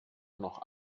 noch